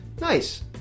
nice